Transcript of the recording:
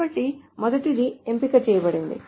కాబట్టి మొదటిది ఎంపిక చేయబడింది